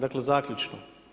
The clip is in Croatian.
Dakle zaključno.